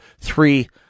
Three